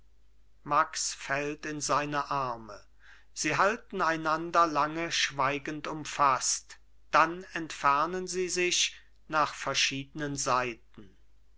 max fällt in seine arme sie halten einander lange schweigend umfaßt dann entfernen sie sich nach verschiedenen seiten